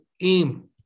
aim